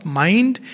mind